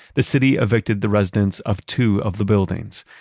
the city evicted the residents of two of the buildings.